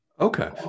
Okay